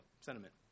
sentiment